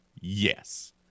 Yes